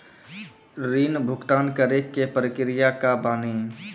ऋण भुगतान करे के प्रक्रिया का बानी?